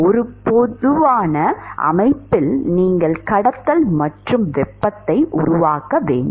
ஒரு பொதுவான அமைப்பில் நீங்கள் கடத்தல் மற்றும் வெப்பத்தை உருவாக்க வேண்டும்